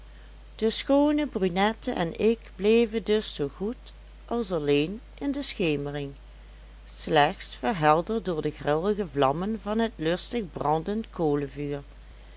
de schoone brunette en ik bleven dus zoo goed als alleen in de schemering slechts verhelderd door de grillige vlammen van het lustig brandend